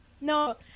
No